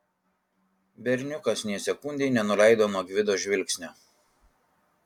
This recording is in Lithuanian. berniukas nė sekundei nenuleido nuo gvido žvilgsnio